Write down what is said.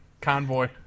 convoy